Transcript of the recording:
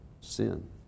sin